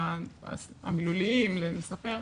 המילוליים לספר,